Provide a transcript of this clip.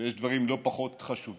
ויש דברים לא פחות חשובים.